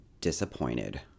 disappointed